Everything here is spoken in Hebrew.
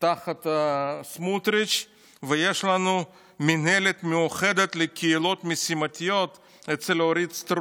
תחת סמוטריץ'; ויש לנו מינהלת מיוחדת לקהילות משימתיות אצל אורית סטרוק,